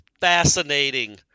fascinating